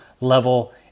level